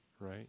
Right